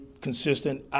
consistent